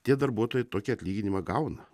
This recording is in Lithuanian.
tie darbuotojai tokį atlyginimą gauna